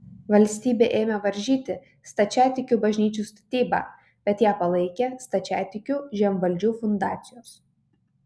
valstybė ėmė varžyti stačiatikių bažnyčių statybą bet ją palaikė stačiatikių žemvaldžių fundacijos